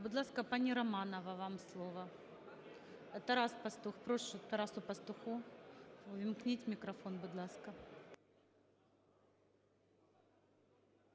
Будь ласка, пані Романова, вам слово. Тарас Пастух. Прошу Тарасу Пастуху увімкніть мікрофон, будь ласка.